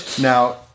Now